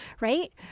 Right